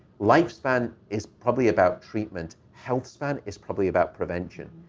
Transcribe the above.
lifespan is probably about treatment. health span is probably about prevention.